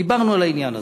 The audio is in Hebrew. דיברנו על העניין הזה.